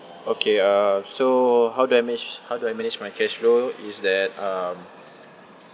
okay uh so how do I mage~ how do I manage my cash flow is that um